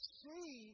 see